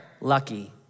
lucky